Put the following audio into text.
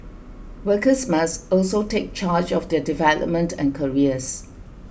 workers must also take charge of their development and careers